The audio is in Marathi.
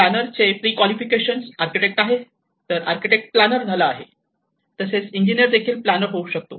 प्लानर चे प्रिकॉलिफिकेशन आर्किटेक्ट आहे तर आर्किटेक्ट प्लॅनर झाला आहे तसेच इंजिनीयर देखील प्लानर होऊ शकतो